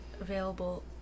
available